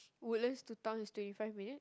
Woodlands to town is twenty five minute